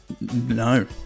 no